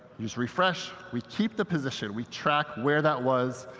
use refresh. we keep the position. we track where that was.